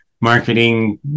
marketing